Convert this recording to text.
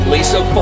Lisa